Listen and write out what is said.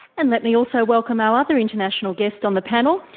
and let me also welcome our other international guest on the panel.